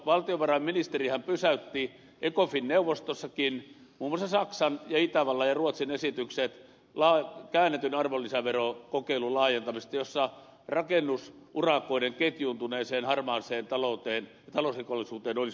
valtiovarainministerihän pysäytti ecofin neuvostossakin muun muassa saksan itävallan ja ruotsin esitykset käännetyn arvonlisäverokokeilun laajentamisesta jossa rakennusurakoiden ketjuuntuneeseen harmaaseen talousrikollisuuteen olisi pureuduttu